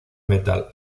metal